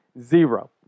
Zero